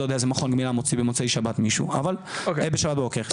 אני לא יודע איזה מכון גמילה מוציא במוצאי שבת מישהו ולא בשעת בוקר.